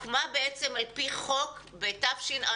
הוקמה בעצם על פי חוק בתשע"ז-2017.